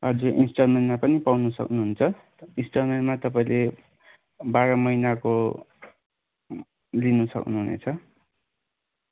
हजुर इन्सटलमेन्टमा पनि पाउन सक्नुहुन्छ इन्सटलमेन्टमा तपाईँले बाह्र महिनाको लिन सक्नुहुनेछ